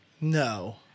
No